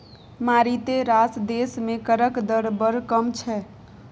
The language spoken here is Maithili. मारिते रास देश मे करक दर बड़ कम छै